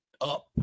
up